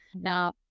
Now